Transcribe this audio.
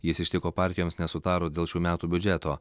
jis ištiko partijoms nesutarus dėl šių metų biudžeto